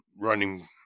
running